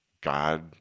God